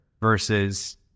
versus